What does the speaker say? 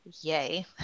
yay